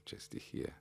čia stichija